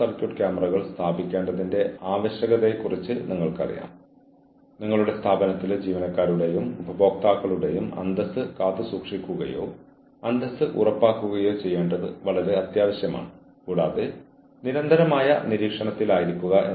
എന്നിട്ട് അവർ അവരുടെ അടുത്തേക്ക് വരുന്നു നിങ്ങൾക്കറിയാമോ അച്ചടക്ക പ്രക്രിയയിൽ ഇത് ജീവനക്കാരനുള്ള അച്ചടക്കമാണെന്ന് നിങ്ങൾ കരുതിയേക്കാം ഇത് ഒരു ഫീഡ്ബാക്ക് സെഷനായിരിക്കാം